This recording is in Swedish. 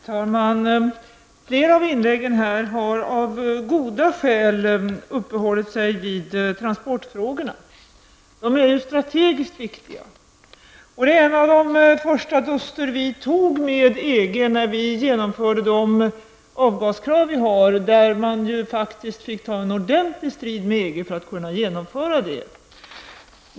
Fru talman! Flera av inläggen har av goda skäl uppehållit sig vid transportfrågorna. De är strategiskt viktiga. En av de första dusterna vi tog med EG var när vi genomförde avgaskravet. Vi fick ta en ordentlig strid med EG för att kunna genomföra det.